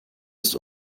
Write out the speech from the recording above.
ist